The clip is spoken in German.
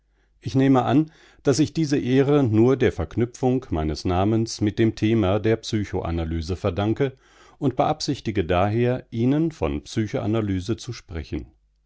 ich nehme an daß ich diese ehre nur der verknüpfung meines namens mit dem thema der psychoanalyse verdanke und beabsichtige daher ihnen von psychoanalyse zu sprechen